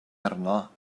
arno